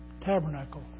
tabernacle